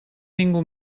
ningú